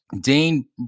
Dane